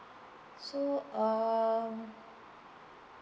so um